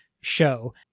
show